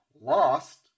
lost